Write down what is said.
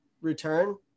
return